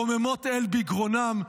רוממות אל בגרונם,